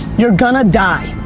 you're gonna die.